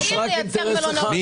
מי?